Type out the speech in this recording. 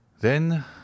Then